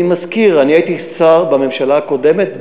אני מזכיר, אני הייתי שר בממשלה הקודמת.